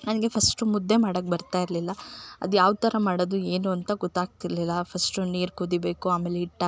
ನನಗೆ ಫಸ್ಟ್ ಮುದ್ದೆ ಮಾಡೋಕ್ ಬರ್ತಾಯಿರಲಿಲ್ಲ ಅದು ಯಾವ್ತರ ಮಾಡೋದು ಏನು ಅಂತ ಗೊತ್ತಾಗ್ತಿರಲಿಲ್ಲ ಫಸ್ಟು ನೀರು ಕುದಿಬೇಕು ಆಮೇಲೆ ಹಿಟ್ಟು ಹಾಕಬೇಕು